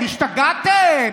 השתגעתם?